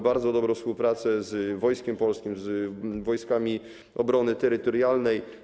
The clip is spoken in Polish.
Bardzo dobrze współpracujemy z Wojskiem Polskim, Wojskami Obrony Terytorialnej.